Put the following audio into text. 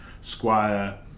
Squire